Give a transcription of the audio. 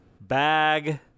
Bag